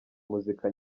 muzika